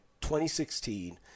2016